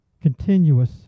continuous